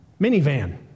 minivan